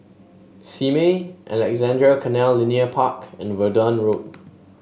Simei Alexandra Canal Linear Park and Verdun Road